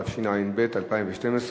התשע"ב 2012,